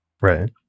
Right